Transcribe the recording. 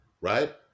right